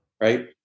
right